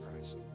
Christ